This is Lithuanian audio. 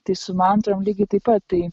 tai su mantrom lygiai taip pat tai